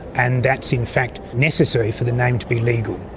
and that's in fact necessary for the name to be legal.